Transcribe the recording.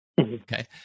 okay